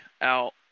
out